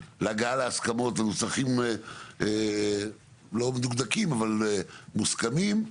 להגעה להסכמות ונוסחים לא מדוקדקים אבל מוסכמים,